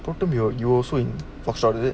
what time you you also in what started it